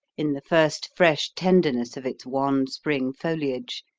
in the first fresh tenderness of its wan spring foliage,